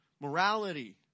morality